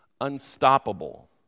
unstoppable